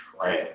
trash